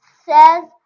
says